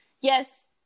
Yes